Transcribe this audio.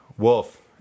Wolf